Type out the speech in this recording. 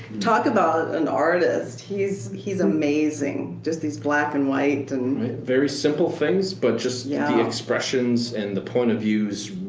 talk about an artist. he's he's amazing, just these black and white and. michael very simple things but just yeah the expressions and the point of views.